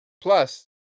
plus